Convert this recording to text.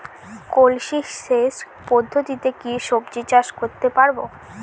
কলসি সেচ পদ্ধতিতে কি সবজি চাষ করতে পারব?